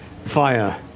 fire